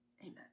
Amen